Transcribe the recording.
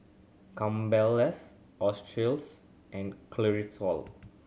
Campbell's Australis and Cristofori